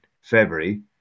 February